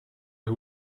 who